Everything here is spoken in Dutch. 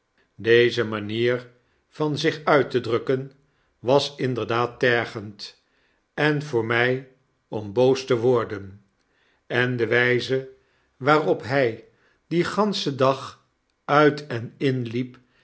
deze manier van zich uit te drukken was inderdaad tergend en voor my om boos te worden en de wyze waarop hy dien ganschen dag uit en inliep